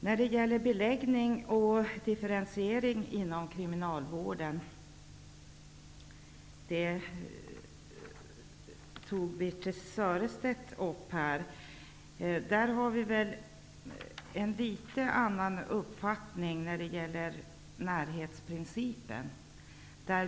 När det gäller beläggning och differentiering inom kriminalvården, som Birthe Sörestedt tog upp, har vi en litet avvikande uppfattning om närhetsprincipen.